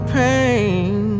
pain